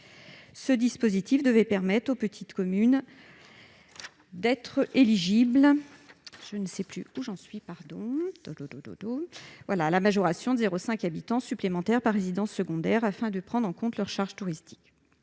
ce dispositif devait permettre aux petites communes de bénéficier d'une majoration de 0,5 habitant supplémentaire par résidence secondaire afin de prendre en compte leurs charges touristiques.